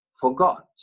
forgot